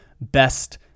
best